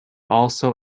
also